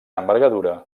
envergadura